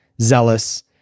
zealous